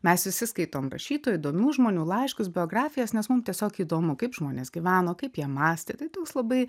mes visi skaitom rašytojų įdomių žmonių laiškus biografijas nes mum tiesiog įdomu kaip žmonės gyveno kaip jie mąstė tai toks labai